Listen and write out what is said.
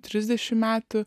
trisdešim metų